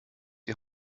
die